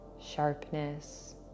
Sharpness